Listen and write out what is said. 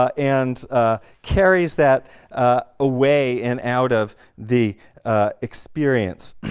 and carries that away and out of the experience.